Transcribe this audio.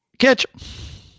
catch